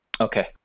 Okay